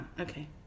Okay